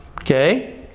okay